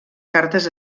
cartes